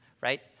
right